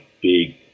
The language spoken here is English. big